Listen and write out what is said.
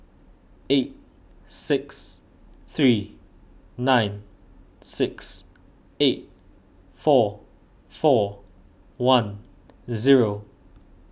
eight six three nine six eight four four one zero